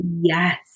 yes